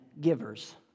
givers